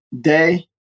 day